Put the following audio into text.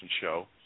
show